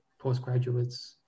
postgraduates